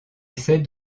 essaie